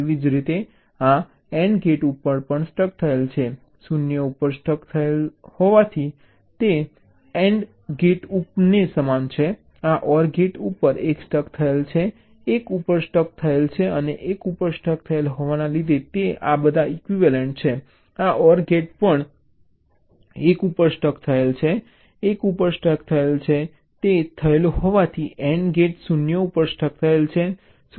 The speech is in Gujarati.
એવી જ રીતે આ AND ગેટ પણ 0 ઉપર સ્ટક થયેલ છે 0 ઉપર સ્ટક થયેલ છે 0 ઉપર સ્ટક થયેલ છે આ AND ગેટ પણ સમાન આ OR ગેટ 1 ઉપર સ્ટક થયેલ છે 1 ઉપર સ્ટક થયેલ છે અને 1 ઉપર સ્ટક થયેલ છે આ બધા ઇક્વિવેલન્ટ છે આ OR ગેટ પણ 1 ઉપર સ્ટક થયેલ છે 1 ઉપર સ્ટક થયેલ છે અને 1 ઉપર સ્ટક થયેલો આ AND ગેટ 0 ઉપર સ્ટક થયેલ છે 0 ઉપર સ્ટક થયેલ છે 0 ઉપર સ્ટક થયેલ છે